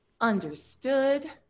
Understood